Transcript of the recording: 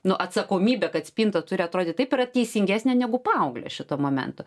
nu atsakomybė kad spinta turi atrodyt taip yra teisingesnė negu paauglio šituo momentu